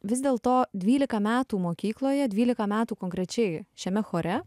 vis dėlto dvylika metų mokykloje dvylika metų konkrečiai šiame chore